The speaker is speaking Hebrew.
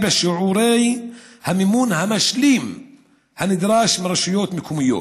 בשיעורי המימון המשלים הנדרש מרשויות מקומיות.